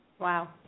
Wow